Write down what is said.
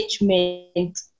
management